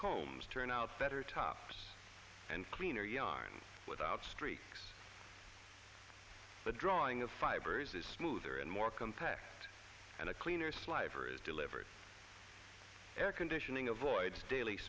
combs turn out better tops and cleaner yarn without streaks the drawing of fibers is smoother and more compact and a cleaner slifer is delivering air conditioning avoids daily